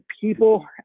people